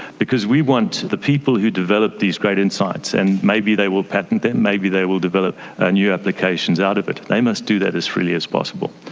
because we want the people who develop these great insights and maybe they will patent them, maybe they will develop and new applications out of it. they must do that as freely as possible.